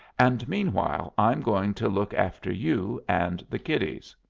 and meanwhile i'm going to look after you and the kiddies.